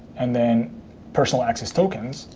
and then personal access tokens.